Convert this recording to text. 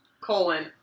colon